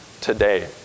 today